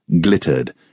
glittered